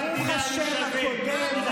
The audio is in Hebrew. ברוך השם הקודם,